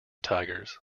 tigers